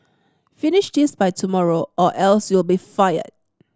finish this by tomorrow or else you'll be fired